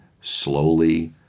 slowly